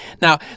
Now